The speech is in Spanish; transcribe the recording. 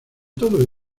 todo